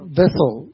vessel